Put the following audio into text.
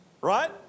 right